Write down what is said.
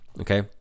okay